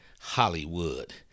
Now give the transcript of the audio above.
Hollywood